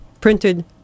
printed